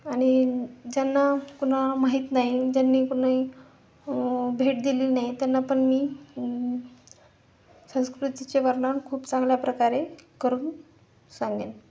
आणि ज्यांना कुणाला माहीत नाही ज्यांनी कुणी भेट दिली नाही त्यांना पण मी संस्कृतीचे वर्णन खूप चांगल्या प्रकारे करून सांगेन